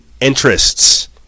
interests